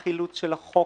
מהחילוץ של החוק